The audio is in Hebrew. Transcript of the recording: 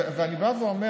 ואני אומר,